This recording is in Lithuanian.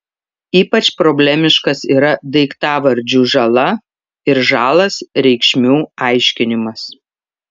ypač problemiškas yra daiktavardžių žala ir žalas reikšmių aiškinimas